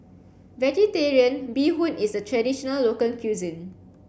Vegetarian Bee Hoon is a traditional local cuisine